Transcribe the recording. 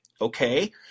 okay